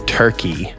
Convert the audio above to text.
turkey